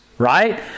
Right